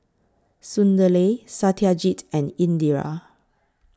Sunderlal Satyajit and Indira